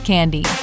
Candy